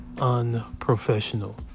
unprofessional